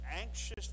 anxious